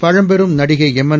பழம்பெரும் நடிகை எம்என்